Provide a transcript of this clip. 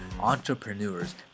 entrepreneurs